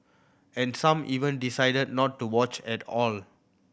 and some even decided not to watch at all